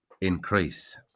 increase